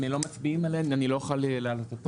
אם לא מצביעים עליהם אני לא אוכל להעלות אותן.